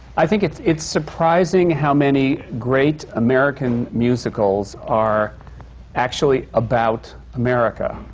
i think it's it's surprising how many great american musicals are actually about america,